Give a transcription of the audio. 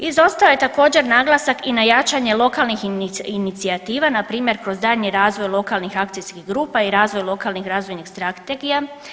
Izostao je također naglasak i na jačanje lokalnih inicijativa, npr. kroz daljnji razvoj lokalnih akcijskih grupa i razvoj lokalnih razvojnih strategija.